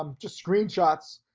um just screenshots.